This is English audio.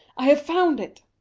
i have found it!